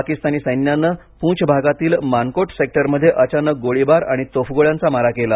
पाकिस्तानी सैन्याने पुंछ भागातील मानकोट सेक्टरमध्ये अचानक गोळीबार आणि तोफगोळ्यांचा मारा केला